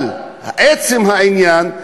אבל לעצם העניין,